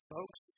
Folks